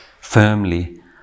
firmly